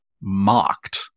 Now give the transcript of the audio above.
mocked